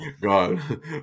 God